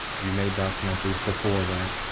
you've made documentaries before, right?